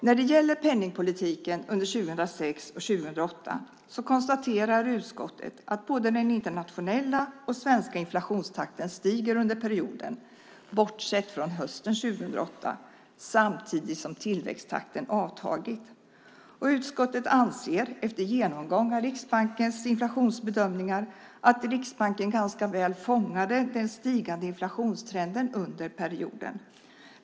När det gäller penningpolitiken under 2006-2008 konstaterar utskottet att både den internationella och den svenska inflationstakten stigit under perioden, bortsett från hösten 2008, samtidigt som tillväxttakten avtagit. Utskottet anser, efter genomgång av Riksbankens inflationsbedömningar, att Riksbanken ganska väl fångade den stigande inflationstrenden under perioden.